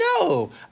no